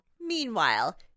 meanwhile